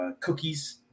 cookies